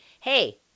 hey